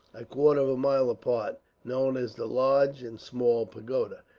a quarter of a mile apart, known as the large and small pagoda.